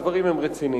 הדברים הם רציניים,